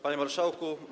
Panie Marszałku!